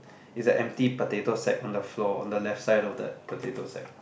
is a empty potato sack on the floor on the left side of that potato sack